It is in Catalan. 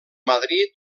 madrid